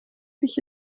sich